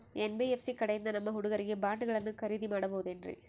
NBFC ಕಡೆಯಿಂದ ನಮ್ಮ ಹುಡುಗರಿಗೆ ಬಾಂಡ್ ಗಳನ್ನು ಖರೀದಿದ ಮಾಡಬಹುದೇನ್ರಿ?